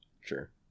Sure